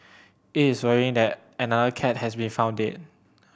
it is worrying that another cat has been found deed